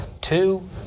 Two